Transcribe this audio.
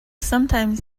sometimes